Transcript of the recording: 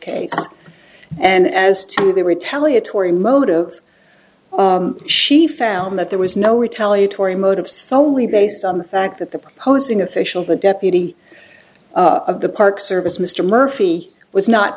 case and as to the retaliatory motive she found that there was no retaliatory motive solely based on the fact that the proposing official the deputy of the park service mr murphy was not